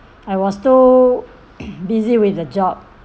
I was too busy with the job